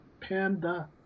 panda